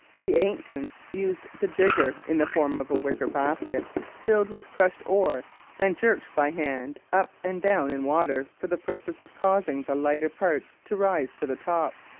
the ancients used the jigger in the form of a wicker basket filled with crushed ore and jerked by hand up and down in water for the purpose of causing the lighter parts to rise to the top,